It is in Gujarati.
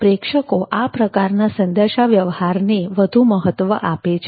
પ્રેક્ષકો આ પ્રકારના સંદેશાવ્યવહારને વધુ મહત્વ આપે છે